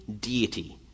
deity